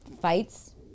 Fights